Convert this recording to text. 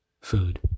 food